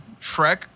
Shrek